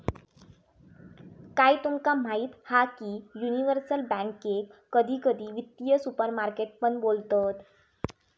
काय तुमका माहीत हा की युनिवर्सल बॅन्केक कधी कधी वित्तीय सुपरमार्केट पण बोलतत